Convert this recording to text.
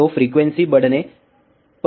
तो फ्रीक्वेंसी बढ़ने पर क्या होता है